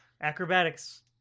Acrobatics